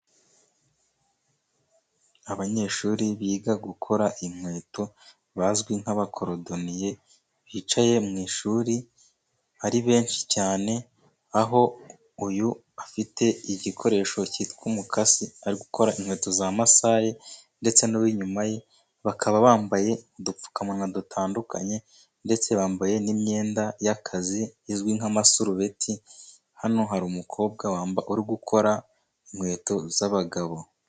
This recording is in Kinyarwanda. Abanyeshuri biga gukora inkweto bazwi nk'abakorodoniye, bicaye mu ishuri ari benshi cyane, aho uyu afite igikoresho cyitwa umukasi ari gukora inkweto za masaye ndetse n'uw'inyuma ye, bakaba bambaye udupfukamunwa dutandukanye ndetse bambaye n'imyenda y'akazi, izwi nka' masurubeti hano hari umukobwa uri gukora inkweto zabagabo.